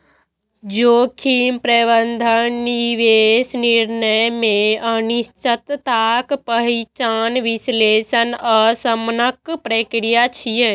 जोखिम प्रबंधन निवेश निर्णय मे अनिश्चितताक पहिचान, विश्लेषण आ शमनक प्रक्रिया छियै